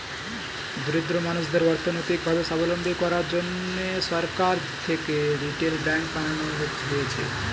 দরিদ্র মানুষদের অর্থনৈতিক ভাবে সাবলম্বী করার জন্যে সরকার থেকে রিটেল ব্যাঙ্ক বানানো হয়েছে